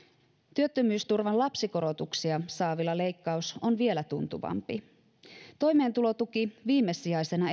työttömyysturvan lapsikorotuksia saavilla leikkaus on vielä tuntuvampi toimeentulotuki viimesijaisena